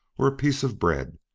or a piece of bread,